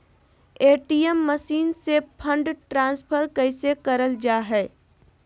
ATM machine से fund transfer कैसे करल जा है?